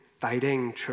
fighting